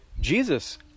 Jesus